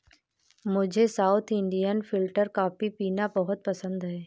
मुझे south Indian filter coffee पीना बहुत पसंद है